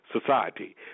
society